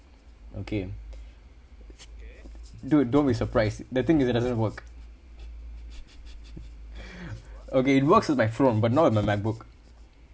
okay dude don't be surprised the thing is it doesn't work okay it works with my phone but not with my macbook